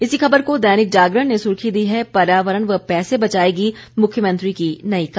इसी खबर को दैनिक जागरण ने सुर्खी दी है पर्यावरण व पैसे बचाएगी मुख्यमंत्री की नई कार